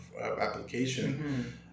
application